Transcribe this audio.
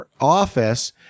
office